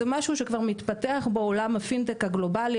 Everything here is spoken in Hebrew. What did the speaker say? זה משהו שכבר מתפתח בעולם הפינטק הגלובלי